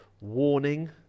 warning